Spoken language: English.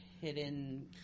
hidden